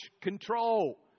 control